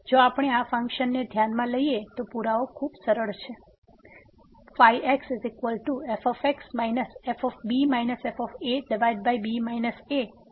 જો આપણે આ ફંક્શનને ધ્યાનમાં લઈએ તો પુરાવો ખૂબ સરળ છે xfx fb f ab ax